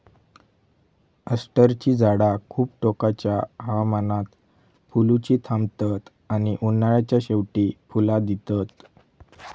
अष्टरची झाडा खूप टोकाच्या हवामानात फुलुची थांबतत आणि उन्हाळ्याच्या शेवटी फुला दितत